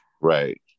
Right